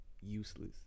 useless